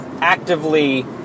actively